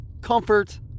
comfort